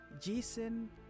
Jason